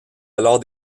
alors